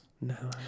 No